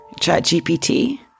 ChatGPT